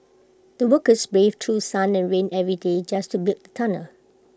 the workers braved through sun and rain every day just to build the tunnel